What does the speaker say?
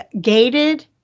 gated